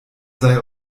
sei